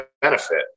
benefit